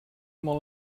molt